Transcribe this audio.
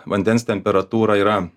vandens temperatūra yra